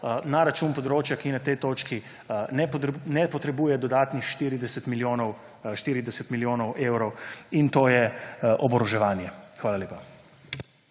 na račun področja, ki na tej točki ne potrebuje dodatnih 40 milijonov evrov in to je oboroževanje. Hvala lepa.